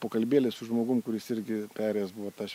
pokalbėlį su žmogum kuris irgi perėjęs buvo tą